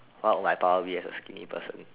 what would my power be as a skinny person